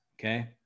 Okay